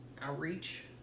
outreach